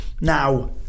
now